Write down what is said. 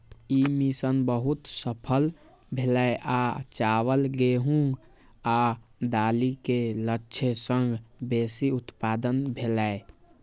ई mission बहुत सफल भेलै आ चावल, गेहूं आ दालि के लक्ष्य सं बेसी उत्पादन भेलै